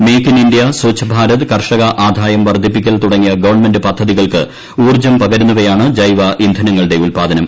make in India Swachh Bharat കർഷക ആദായം വർദ്ധിപ്പിക്കൽ തുടങ്ങിയ ഗവൺമെന്റ് പദ്ധതികൾക്ക് ഊർജ്ജം പകരുന്നവയാണ് ജൈവ ഇന്ധനങ്ങളുടെ ഉല്പാദനം